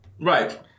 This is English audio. right